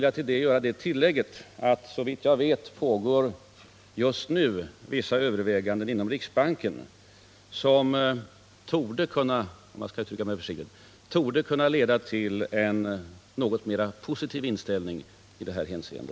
Jag vill där göra det tillägget att det såvitt jag vet just nu pågår vissa överväganden inom riksbanken som — om jag skall uttrycka mig försiktigt — torde kunna leda till en något mera positiv inställning i detta hänseende.